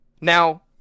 Now